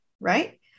right